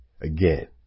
again